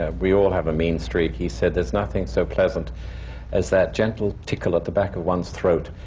ah we all have a mean streak. he said, there's nothing so pleasant as that gentle tickle at the back of one's throat,